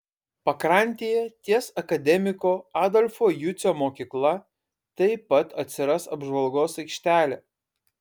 pakrantėje ties akademiko adolfo jucio mokykla taip pat atsiras apžvalgos aikštelė